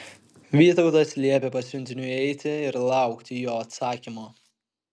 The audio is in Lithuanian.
vytautas liepė pasiuntiniui eiti ir laukti jo atsakymo